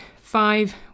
five